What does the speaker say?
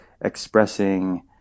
expressing